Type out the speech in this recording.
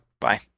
bye